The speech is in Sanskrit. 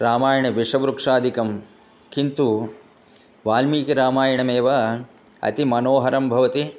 रामायणविषवृक्षादिकं किन्तु वाल्मीकिरामायणमेव अतिमनोहरं भवति